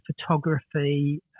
photography